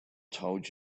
told